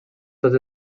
tots